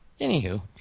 anywho